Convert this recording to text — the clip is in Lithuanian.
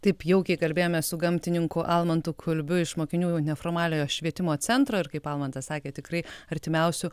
taip jaukiai kalbėjome su gamtininku almantu kulbiu iš mokinių neformaliojo švietimo centro ir kaip almantas sakė tikrai artimiausiu